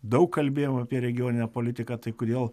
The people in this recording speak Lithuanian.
daug kalbėjom apie regioninę politiką tai kodėl